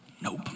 Nope